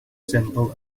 symbol